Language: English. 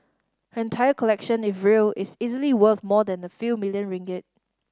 her entire collection if real is easily worth more than a few million ringgit